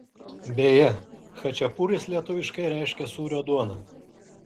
beje chačiapuris lietuviškai reiškia sūrio duoną